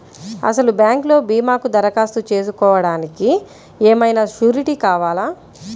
అసలు బ్యాంక్లో భీమాకు దరఖాస్తు చేసుకోవడానికి ఏమయినా సూరీటీ కావాలా?